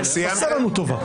ת עשה לנו טובה.